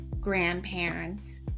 grandparents